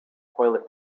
toilet